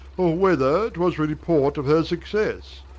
or whether twas report of her successe,